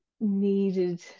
needed